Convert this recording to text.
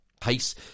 Pace